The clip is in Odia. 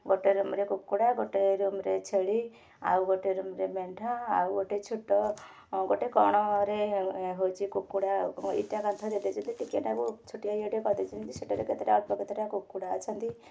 ଗୋଟେ ରୁମ୍ରେ କୁକୁଡ଼ା ଗୋଟେ ରୁମ୍ରେ ଛେଳି ଆଉ ଗୋଟେ ରୁମ୍ରେ ମେଣ୍ଢା ଆଉ ଗୋଟେ ଛୋଟ ଗୋଟେ କଣରେ ହେଉଛି କୁକୁଡ଼ା ଇଟା କାନ୍ଥ ଦେଇ ଦେଇଛନ୍ତି ଟିକେନାକୁ ଛୋଟିଆ ଇଏଟେ କରିଦେଇଛନ୍ତି ସେଟାରେ କେତେଟା ଅଳ୍ପ କେତେଟା କୁକୁଡ଼ା ଅଛନ୍ତି